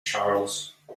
charles